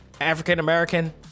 african-american